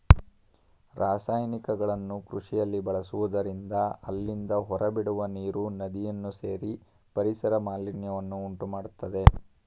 ರಾಸಾಯನಿಕಗಳನ್ನು ಕೃಷಿಯಲ್ಲಿ ಬಳಸುವುದರಿಂದ ಅಲ್ಲಿಂದ ಹೊರಬಿಡುವ ನೀರು ನದಿಯನ್ನು ಸೇರಿ ಪರಿಸರ ಮಾಲಿನ್ಯವನ್ನು ಉಂಟುಮಾಡತ್ತದೆ